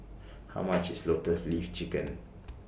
How much IS Lotus Leaf Chicken